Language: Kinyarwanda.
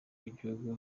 w’igihugu